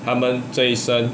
它们这一生